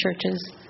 churches